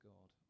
God